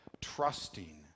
trusting